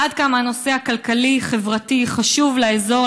עד כמה הנושא הכלכלי-חברתי חשוב לאזור,